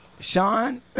Sean